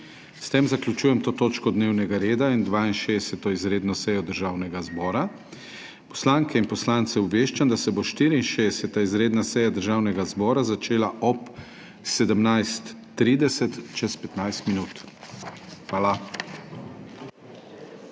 S tem zaključujem to točko dnevnega reda in 62. izredno sejo Državnega zbora. Poslanke in poslance obveščam, da se bo 64. izredna seja Državnega zbora začela ob 17.30, čez 15 min. Hvala.